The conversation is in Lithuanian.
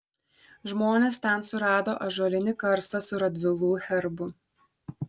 žmonės ten surado ąžuolinį karstą su radvilų herbu